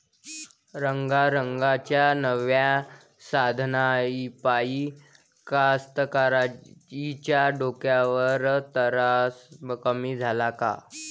रंगारंगाच्या नव्या साधनाइपाई कास्तकाराइच्या डोक्यावरचा तरास कमी झाला का?